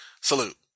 salute